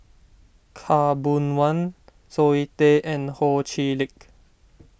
Khaw Boon Wan Zoe Tay and Ho Chee Lick